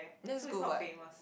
that's good what